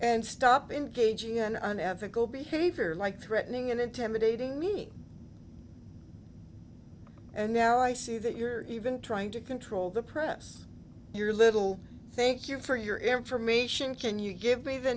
and stop engaging in an ethical behavior like threatening and intimidating me and now i see that you're even trying to control the press your little thank you for your information can you give me the